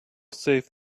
save